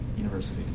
university